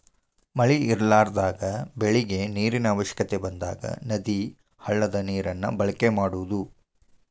ಮಳಿ ಇರಲಾರದಾಗ ಬೆಳಿಗೆ ನೇರಿನ ಅವಶ್ಯಕತೆ ಬಂದಾಗ ನದಿ, ಹಳ್ಳದ ನೇರನ್ನ ಬಳಕೆ ಮಾಡುದು